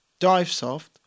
Divesoft